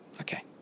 Okay